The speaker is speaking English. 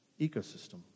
ecosystem